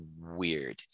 weird